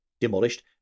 demolished